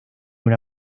una